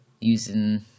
using